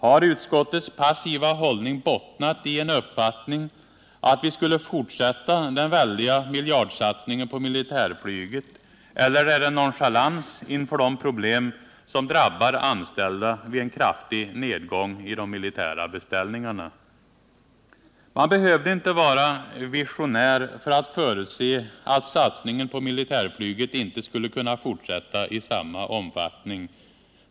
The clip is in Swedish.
Har utskottets passiva hållning bottnat i en uppfattning att vi skulle fortsätta den väldiga miljardsatsningen på militärflyget, eller är det nonchalans inför de problem som drabbar anställda vid en kraftig nedgång i de militära beställningarna? Man behövde inte vara visionär för att förutse att satsningen på militärflyget inte skulle kunna fortsätta i samma omfattning.